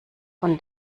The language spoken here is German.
von